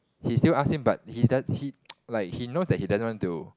he still ask him but he do~ he like he knows that he doesn't want to